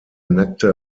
nackte